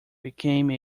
became